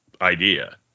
idea